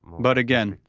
but again,